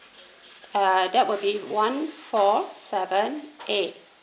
ah that would be one four seven eight